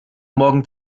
morgen